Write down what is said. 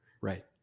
Right